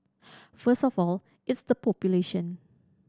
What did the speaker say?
first of all it's the population